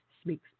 speaks